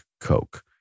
Coke